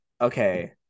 Okay